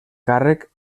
càrrec